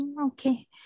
Okay